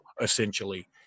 essentially